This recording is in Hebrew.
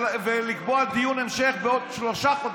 ולקבוע דיון המשך בעוד שלושה חודשים.